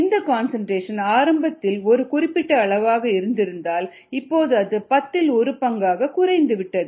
இந்த கன்சன்ட்ரேஷன் ஆரம்பத்தில் ஒரு குறிப்பிட்ட அளவாக இருந்திருந்தால் இப்போது அது பத்தில் ஒரு பங்காகக் குறைந்துவிட்டது